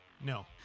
no